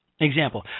Example